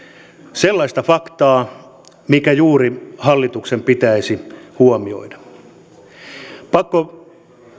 sellaista faktaa mikä juuri hallituksen pitäisi huomioida on pakko